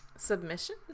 submission